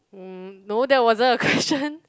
mm no that wasn't a question